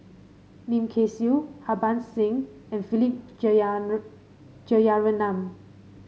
Lim Kay Siu Harbans Singh and Philip Jeyaretnam